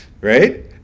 right